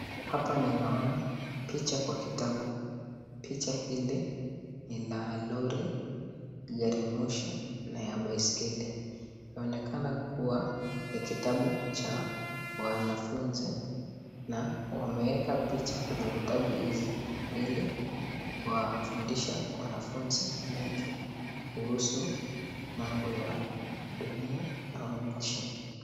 Hapa ninaona picha kwa kitabu. Picha hili lina lori, garimoshi na baiskeli. Inaonekana kuwa ni kitabu cha wanafunzi na wameweka picha kwenye kitabu hizi ili kuwafundisha wanafunzi wengi kuhusu mambo ya dunia au nchi.